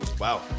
Wow